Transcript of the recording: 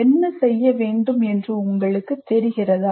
என்ன செய்ய வேண்டும் என்று உங்களுக்குத் தெரிகிறதா